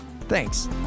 Thanks